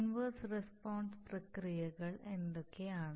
inverse response പ്രക്രിയകൾ എന്തൊക്കെയാണ്